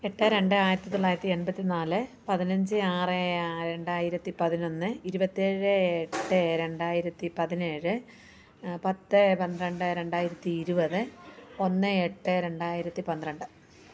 എട്ട് രണ്ട് ആയിരത്തിത്തൊള്ളായിരത്തി എൺപത്തിനാല് പതിനഞ്ച് ആറ് രണ്ടായിരത്തി പതിനൊന്ന് ഇരുപത്തിയേഴ് എട്ട് രണ്ടായിരത്തി പതിനേഴ് പത്ത് പന്ത്രണ്ട് രണ്ടായിരത്തി ഇരുപത് ഒന്ന് എട്ട് രണ്ടായിരത്തി പന്ത്രണ്ട്